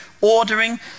ordering